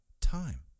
time